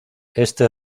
este